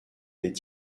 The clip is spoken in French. est